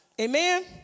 Amen